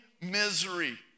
misery